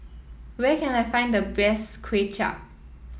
where can I find the best Kuay Chap